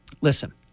Listen